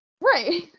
Right